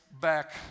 back